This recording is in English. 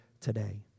today